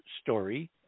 story